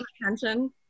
attention